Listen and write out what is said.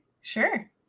Sure